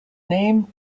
name